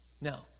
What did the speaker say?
Now